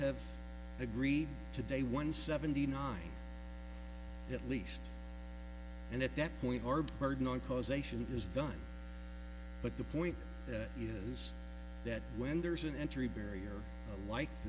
have agreed to day one seventy nine at least and at that point our burden on causation is done but the point is that when there's an entry barrier